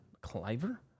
Cliver